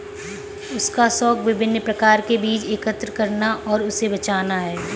उसका शौक विभिन्न प्रकार के बीज एकत्र करना और उसे बचाना है